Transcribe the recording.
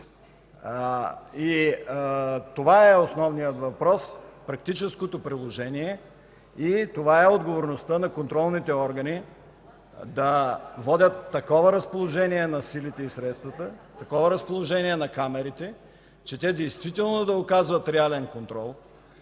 Това е основният въпрос – практическото приложение. Това е и отговорността на контролните органи – да водят такова разположение на силите и средствата, на камерите, че те действително да оказват реален контрол,